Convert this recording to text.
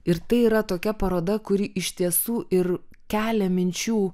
ir tai yra tokia paroda kuri iš tiesų ir kelia minčių